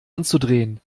anzudrehen